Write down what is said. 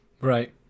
Right